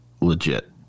legit